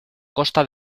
costa